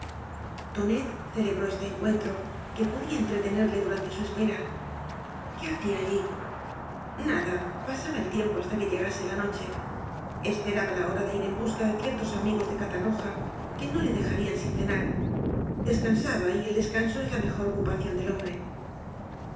tonet celebró este encuentro que podía entretenerle durante su espera qué hacía allí nada pasaba el tiempo hasta que llegase la noche esperaba la hora de ir en busca de ciertos amigos de catarroja que no le dejarían sin cenar descansaba y el descanso es la mejor ocupación del hombre